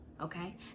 okay